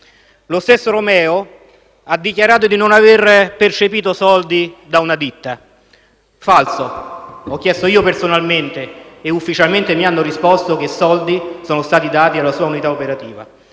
Lo stesso Romeo ha dichiarato di non aver percepito soldi da una ditta. Falso. Ho chiesto personalmente e ufficialmente mi è stato risposto che dei soldi sono stati dati alla sua unità operativa.